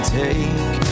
take